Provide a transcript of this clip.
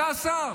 אתה השר,